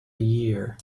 year